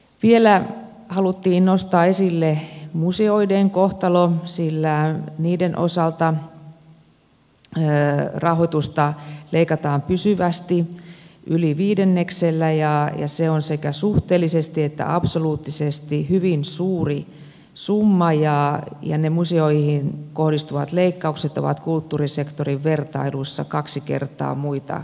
vielä haluttiin nostaa esille museoiden kohtalo sillä niiden osalta rahoitusta leikataan pysyvästi yli viidenneksellä ja se on sekä suhteellisesti että absoluuttisesti hyvin suuri summa ja ne museoihin kohdistuvat leikkaukset ovat kulttuurisektorin vertailuissa kaksi kertaa muita suuremmat